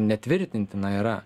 netvirtintina yra